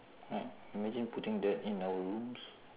right imagine putting that in our rooms